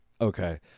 okay